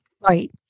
Right